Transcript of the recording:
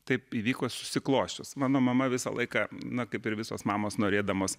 taip įvyko susiklosčius mano mama visą laiką na kaip ir visos mamos norėdamos